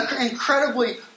Incredibly